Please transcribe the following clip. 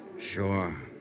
Sure